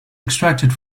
extracted